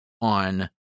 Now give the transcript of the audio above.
on